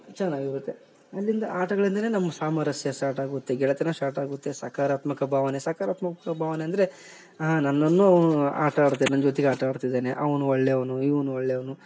ಚೆನ್ನಾಗಿರುತ್ತೆ ಅಲ್ಲಿಂದ ಆಟಗಳಿಂದನೆ ನಮ್ಮ ಸಾಮರಸ್ಯ ಸ್ಟಾರ್ಟ್ ಆಗುತ್ತೆ ಗೆಳೆತನ ಸ್ಟಾರ್ಟ್ ಆಗುತ್ತೆ ಸಕಾರಾತ್ಮಕ ಭಾವನೆ ಸಕಾರಾತ್ಮಕ ಭಾವನೆ ಅಂದರೆ ನನ್ನನ್ನು ಅವು ಆಟ ಆಡುತ್ತೆ ನನ್ನ ಜೊತೆಗ್ ಆಟ ಆಡ್ತಿದಾನೆ ಅವ್ನು ಒಳ್ಳೆಯವನು ಇವ್ನು ಒಳ್ಳೆಯವನು